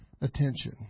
attention